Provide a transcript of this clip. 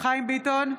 חיים ביטון,